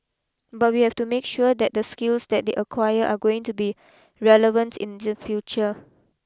but we have to make sure that the skills that they acquire are going to be relevant in the future